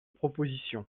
proposition